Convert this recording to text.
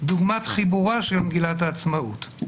דוגמת חיבורה של מגילת העצמאות.